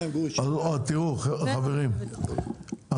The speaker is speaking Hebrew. חברים,